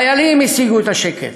החיילים השיגו את השקט.